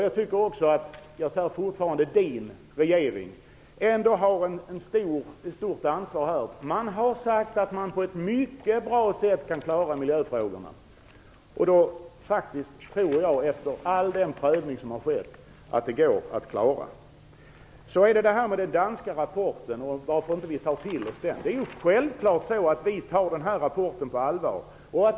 Jag tycker också att Olof Johanssons regering har ett stort ansvar. Man har sagt att man på ett mycket bra sätt kan klara av miljöfrågorna. Efter all den prövning som har skett tror jag faktiskt att problemen går att lösa. Olof Johansson undrade varför vi inte tar till oss den danska rapporten. Självfallet tar vi den rapporten på allvar.